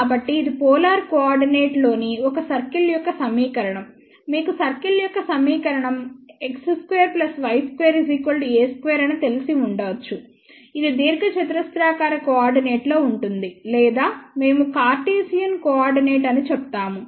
కాబట్టి ఇది పోలార్ కోఆర్డినేట్లోని ఒక సర్కిల్ యొక్క సమీకరణం మీకు సర్కిల్ యొక్క సమీకరణం x2 y2 a2 అని తెలిసి ఉండవచ్చు ఇది దీర్ఘచతురస్రాకార కోఆర్డినేట్లో ఉంటుంది లేదా మేము కార్టిసియన్ కోఆర్డినేట్ అని చెప్తాము